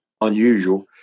unusual